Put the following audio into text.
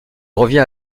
revient